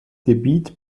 gebiet